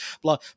blah